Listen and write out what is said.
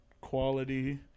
quality